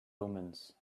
omens